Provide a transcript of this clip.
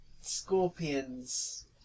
scorpions